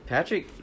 Patrick